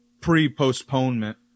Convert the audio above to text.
pre-postponement